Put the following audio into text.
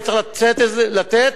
וצריך לתת,